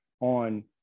on